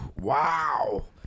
wow